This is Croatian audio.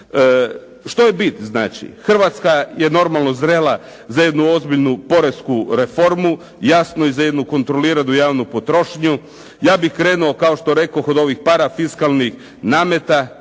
Što je bit znači? Hrvatska je normalno zrela za jednu ozbiljnu poresku reformu, jasno i za jednu kontroliranu javnu potrošnju. Ja bih krenuo kao što rekoh od ovih parafiskalnih nameta